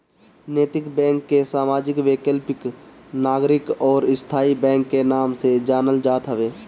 नैतिक बैंक के सामाजिक, वैकल्पिक, नागरिक अउरी स्थाई बैंक के नाम से जानल जात हवे